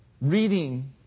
reading